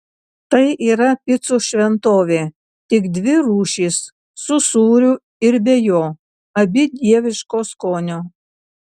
tai yra picų šventovė tik dvi rūšys su sūriu ir be jo abi dieviško skonio